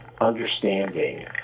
understanding